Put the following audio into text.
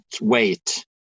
wait